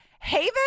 Haven